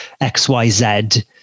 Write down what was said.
xyz